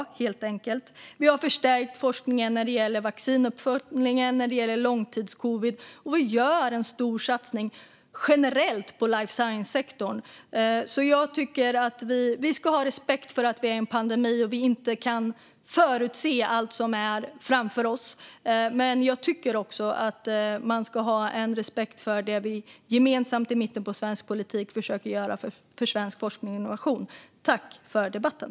Regeringen har förstärkt forskningen när det gäller vaccinuppföljningen och långtidscovid, och vi gör en stor satsning generellt på life science-sektorn. Vi ska ha respekt för att vi befinner oss i en pandemi, och vi kan inte förutse allt som ligger framför oss. Men jag tycker att man ska ha respekt för det vi gemensamt i mitten av svensk politik försöker göra för svensk forskning och innovation. Jag tackar för debatten.